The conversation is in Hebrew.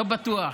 לא בטוח,